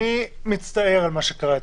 אני מצטער על מה שקרה אתמול.